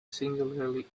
singularly